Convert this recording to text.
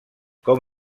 com